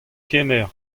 kemer